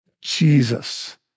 Jesus